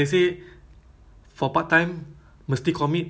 ya so it's unclear ah